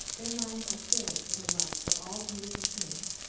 their minds are filled with a love for all beautiful things,